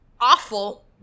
awful